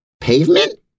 pavement